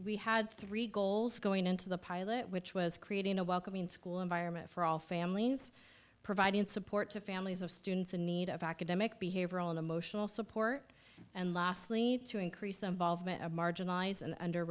we had three goals going into the pilot which was creating a welcoming school environment for all families providing support to families of students in need of academic behavioral and emotional support and lastly to increase involvement of marginalized and under